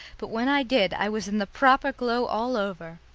but when i did i was in the proper glow all over.